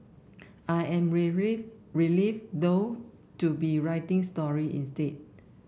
I am relieved though to be writing story instead